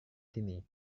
sini